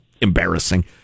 embarrassing